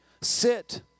Sit